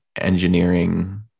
engineering